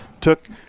took